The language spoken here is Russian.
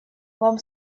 вам